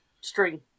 string